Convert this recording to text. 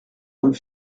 comme